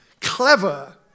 clever